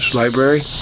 library